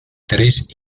tres